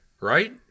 Right